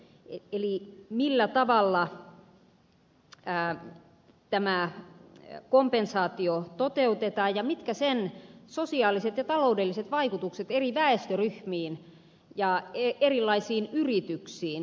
eli millä tavalla tämä kompensaatio toteutetaan ja mitkä sen sosiaaliset ja taloudelliset vaikutukset eri väestöryhmiin ja erilaisiin yrityksiin ovat